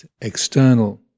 external